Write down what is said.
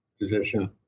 position